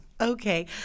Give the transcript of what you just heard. Okay